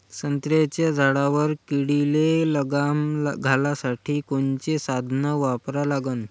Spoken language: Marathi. संत्र्याच्या झाडावर किडीले लगाम घालासाठी कोनचे साधनं वापरा लागन?